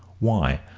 why,